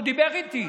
הוא דיבר איתי,